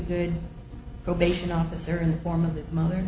good probation officer in the form of his mother